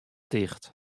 ticht